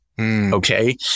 Okay